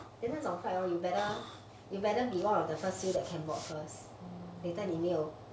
then 那种 flight hor you better better be one of the first few that can board first later 你没有